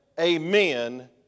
amen